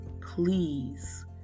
please